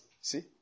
see